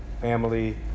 family